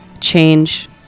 Change